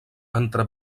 entre